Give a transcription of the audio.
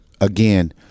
again